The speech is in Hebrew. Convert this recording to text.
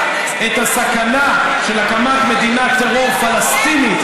את הסכנה של הקמת מדינת טרור פלסטינית